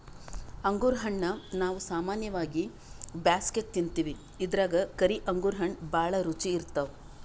ಅಂಗುರ್ ಹಣ್ಣಾ ನಾವ್ ಸಾಮಾನ್ಯವಾಗಿ ಬ್ಯಾಸ್ಗ್ಯಾಗ ತಿಂತಿವಿ ಇದ್ರಾಗ್ ಕರಿ ಅಂಗುರ್ ಹಣ್ಣ್ ಭಾಳ್ ರುಚಿ ಇರ್ತವ್